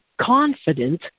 confident